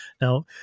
Now